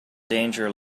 danger